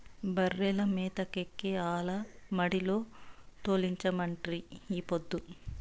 బర్రెల మేతకై ఆల మడిలో తోలించమంటిరి ఈ పొద్దు